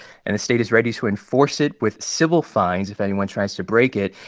and the state is ready to enforce it with civil fines if anyone tries to break it.